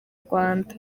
rwanda